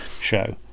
show